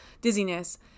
dizziness